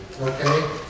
okay